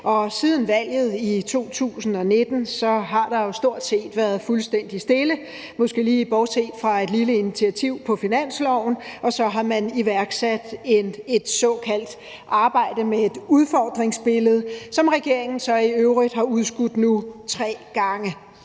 siden valget i 2019 har der jo stort set været fuldstændig stille, måske lige bortset fra et lille initiativ på finansloven, og at man har iværksat et såkaldt arbejde med et udfordringsbillede, som regeringen så i øvrigt nu har udskudt tre gange.